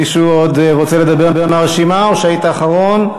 מישהו עוד רוצה לדבר מהרשימה, או שהיית אחרון?